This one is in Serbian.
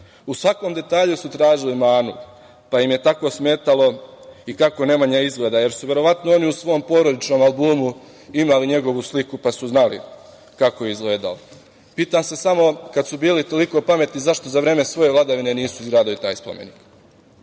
U svakom detalju su tražili manu, pa im je tako smetalo i kako Nemanja izgleda, jer su verovatno oni u svom porodičnom albumu imali njegovu sliku pa su znali kako je izgledao. Pitam se samo kada su bili toliko pametni, zašto za vreme svoje vladavine nisu izgradili taj spomenik?